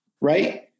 right